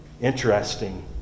Interesting